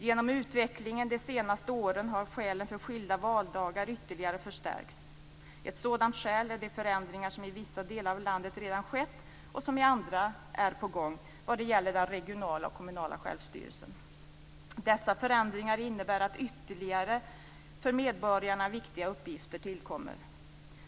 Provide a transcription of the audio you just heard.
Genom utvecklingen under de senaste åren har skälen för skilda valdagar ytterligare förstärkts. Ett sådant skäl är de förändringar som i vissa delar av landet redan skett och som i andra delar är på gång vad gäller den regionala och kommunala självstyrelsen. Dessa förändringar innebär att ytterligare för medborgarna viktiga uppgifter tillkommer.